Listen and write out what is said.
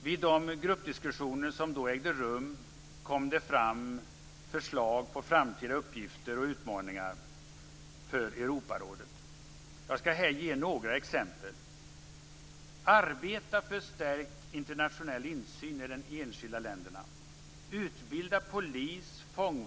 Vid de gruppdiskussioner som då ägde rum kom det fram förslag på framtida uppgifter och utmaningar för Europarådet. Jag skall här ge några exempel. "Arbeta för stärkt internationell insyn i de enskilda länderna."